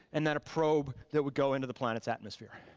and then a probe that would go into the planet's atmosphere.